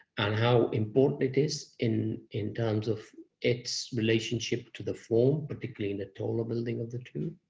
and how important it is in in terms of its relationship to the form, particularly in the taller building of the two.